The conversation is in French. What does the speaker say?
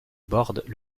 bordent